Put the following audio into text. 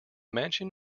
mansion